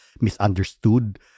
misunderstood